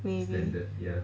maybe